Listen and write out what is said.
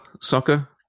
soccer